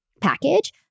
package